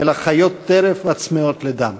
אלא חיות טרף צמאות לדם.